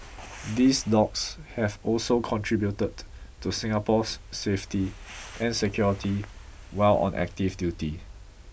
these dogs have also contributed to Singapore's safety and security while on active duty